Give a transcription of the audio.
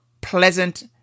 pleasant